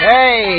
Hey